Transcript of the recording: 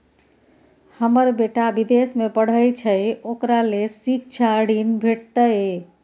हमर बेटा विदेश में पढै छै ओकरा ले शिक्षा ऋण भेटतै?